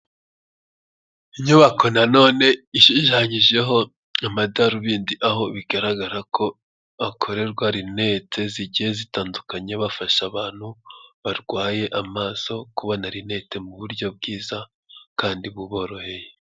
Inyubako nanone ishushanyijeho amadarubindi, aho bigaragara ko hakorerwa rinete zigiye zitandukanye bafasha abantu barwaye amaso kubona rinete mu buryo bwiza kandi buboroheye.